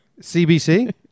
CBC